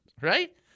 right